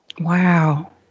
Wow